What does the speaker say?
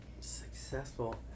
Successful